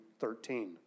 13